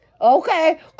okay